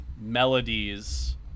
melodies